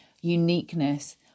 uniqueness